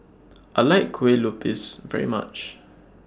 I like Kue Lupis very much